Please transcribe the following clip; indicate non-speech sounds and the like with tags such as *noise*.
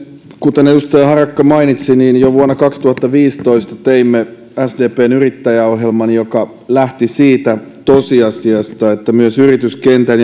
kuten edustaja harakka mainitsi jo vuonna kaksituhattaviisitoista teimme sdpn yrittäjäohjelman joka lähti siitä tosiasiasta että myös yrityskentän *unintelligible*